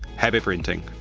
happy printing!